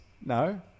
No